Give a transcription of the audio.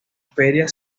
feria